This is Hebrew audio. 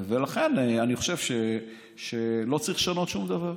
ולכן אני חושב שלא צריך לשנות שום דבר.